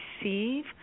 receive